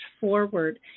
forward